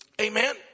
Amen